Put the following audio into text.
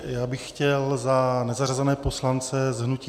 Já bych chtěl za nezařazené poslance z hnutí